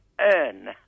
earn